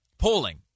Polling